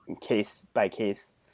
case-by-case